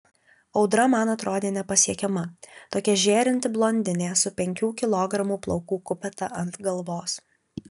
audra man atrodė nepasiekiama tokia žėrinti blondinė su penkių kilogramų plaukų kupeta ant galvos